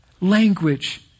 language